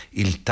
il